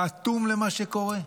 אתה אטום למה שקורה?